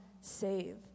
save